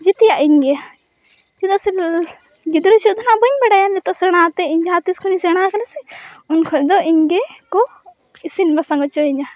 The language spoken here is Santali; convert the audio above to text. ᱡᱮᱛᱮᱭᱟᱜ ᱤᱧᱜᱮ ᱪᱮᱫᱟᱜ ᱥᱮ ᱜᱤᱫᱽᱨᱟᱹ ᱵᱟᱹᱧ ᱵᱟᱲᱟᱭᱟ ᱱᱤᱛᱤᱚᱜ ᱥᱮᱬᱟ ᱟᱛᱮᱫᱤᱧ ᱡᱟᱦᱟᱸᱛᱤᱥ ᱠᱷᱚᱱᱤᱧ ᱥᱮᱬᱟ ᱟᱠᱟᱫᱟ ᱥᱮ ᱩᱱ ᱠᱷᱚᱡᱫᱚ ᱤᱧᱜᱮᱠᱚ ᱤᱥᱤᱱᱼᱵᱟᱥᱟᱝ ᱚᱪᱚᱭᱤᱧᱟᱹ